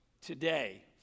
today